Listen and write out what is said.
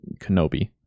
Kenobi